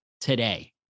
today